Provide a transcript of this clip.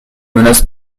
menace